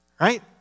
right